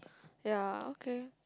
ya okay